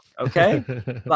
Okay